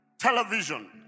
television